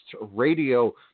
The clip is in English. radio